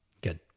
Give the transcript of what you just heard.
good